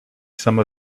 some